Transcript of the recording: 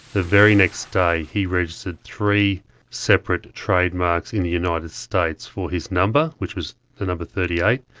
the very next day he registered three separate trademarks in the united states for his number, which was the number thirty eight,